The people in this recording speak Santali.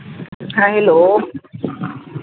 ᱦᱮᱸ ᱦᱮᱞᱳ